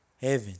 Heaven